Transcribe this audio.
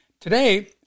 Today